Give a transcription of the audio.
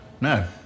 No